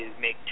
make